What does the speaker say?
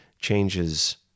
changes